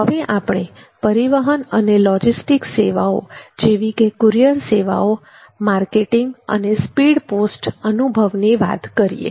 હવે આપણે પરિવહન અને લોજિસ્ટિક્સ સેવાઓ જેવી કે કુરિયર સેવાઓ માર્કેટિંગ અને સ્પીડ પોસ્ટ અનુભવની વાત કરીએ